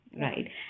Right